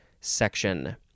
section